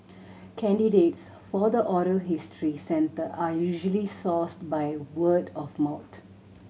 candidates for the oral history centre are usually sourced by word of mouth